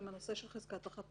עם הנושא של חזקת החפות.